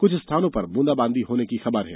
कुछ स्थानों पर ब्रंदाबांदी होने की खबर है